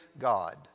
God